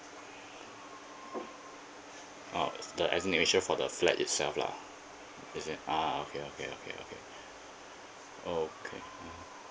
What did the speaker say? oh the for the flat itself lah is it ah okay okay okay okay okay